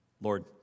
Lord